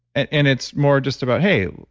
and and it's more just about, hey,